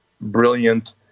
brilliant